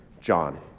John